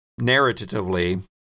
narratively